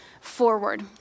forward